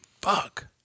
fuck